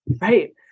Right